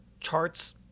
charts